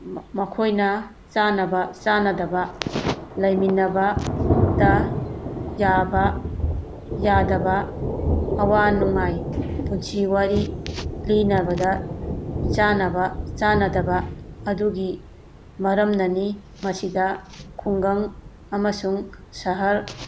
ꯃꯈꯣꯏꯅ ꯆꯥꯟꯅꯕ ꯆꯥꯟꯅꯗꯕ ꯂꯩꯃꯤꯟꯅꯕꯗ ꯌꯥꯕ ꯌꯥꯗꯕ ꯑꯋꯥ ꯅꯨꯡꯉꯥꯏ ꯄꯨꯟꯁꯤ ꯋꯥꯔꯤ ꯂꯤꯅꯕꯗ ꯆꯥꯟꯅꯕ ꯆꯥꯟꯅꯗꯕ ꯑꯗꯨꯒꯤ ꯃꯔꯝꯅꯅꯤ ꯃꯁꯤꯗ ꯈꯨꯡꯒꯪ ꯑꯃꯁꯨꯡ ꯁꯍꯔ